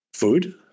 food